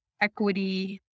equity